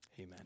Amen